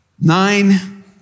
nine